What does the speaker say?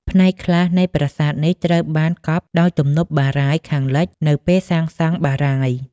ផ្នែកខ្លះនៃប្រាសាទនេះត្រូវបានកប់ដោយទំនប់បារាយណ៍ខាងលិចនៅពេលសាងសង់បារាយណ៍។